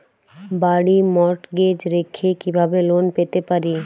বাড়ি মর্টগেজ রেখে কিভাবে লোন পেতে পারি?